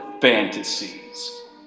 fantasies